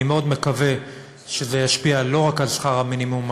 אני מאוד מקווה שזה ישפיע לא רק על שכר המינימום,